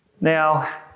Now